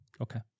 Okay